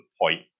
point